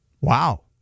Wow